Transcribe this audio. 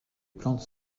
plantes